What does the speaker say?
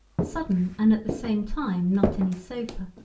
sudden and at the same time not any sofa,